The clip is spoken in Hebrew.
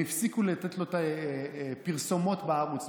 הם הפסיקו לתת לו את הפרסומות בערוץ.